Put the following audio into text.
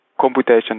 computation